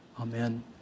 Amen